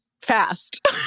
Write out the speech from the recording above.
fast